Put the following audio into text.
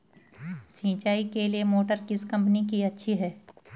सिंचाई के लिए मोटर किस कंपनी की अच्छी है?